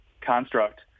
construct